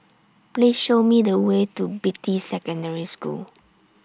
Please Show Me The Way to Beatty Secondary School